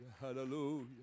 Hallelujah